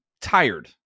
tired